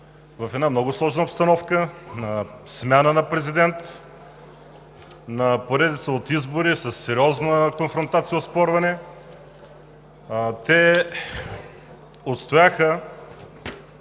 в една много сложна обстановка на смяна на президент, на поредица избори със сериозна конфронтация и оспорване, те отстояваха